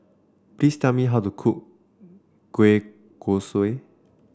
please tell me how to cook Kueh Kosui